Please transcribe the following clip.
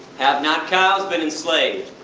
have not cows been enslaved?